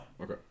Okay